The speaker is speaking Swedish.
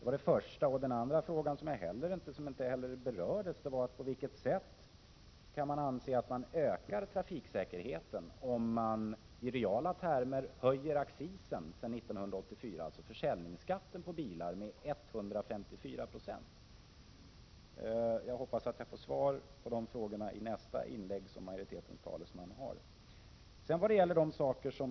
En annan fråga som inte heller berördes var: Hur kan man anse att trafiksäkerheten ökas om vi i reala termer höjer accisen, dvs. försäljningsskatten, på bilar med 154 96 sedan 1984? Jag hoppas att jag får svar på dessa frågor av majoritetens talesman i hans nästa inlägg.